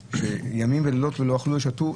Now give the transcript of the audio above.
שימים ולילות לא אכלו ולא שתו,